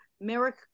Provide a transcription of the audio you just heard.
Merrick